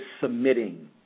submitting